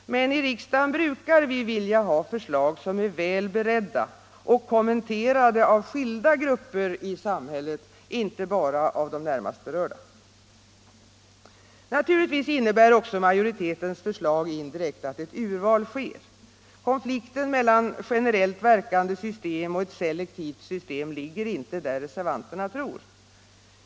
Men i riksdagen brukar vi vilja ha förslag som är väl beredda och kommenterade av skilda grupper i samhället, inte bara av de närmast berörda. Naturligtvis innebär också majoritetens förslag indirekt att ett urval sker. Konflikten mellan generellt verkande system och ett selektivt system ligger inte där reservanterna tror.